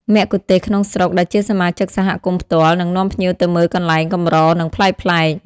មគ្គុទេស៍ក្នុងស្រុកដែលជាសមាជិកសហគមន៍ផ្ទាល់ នឹងនាំភ្ញៀវទៅមើលកន្លែងកម្រ និងប្លែកៗ។